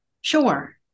Sure